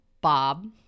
Bob